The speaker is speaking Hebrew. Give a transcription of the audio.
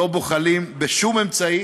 לא בוחלים בשום אמצעי